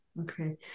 okay